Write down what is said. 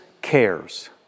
cares